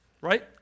right